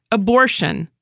abortion,